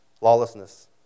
lawlessness